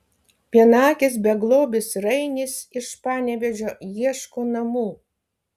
vienaakis beglobis rainis iš panevėžio ieško namų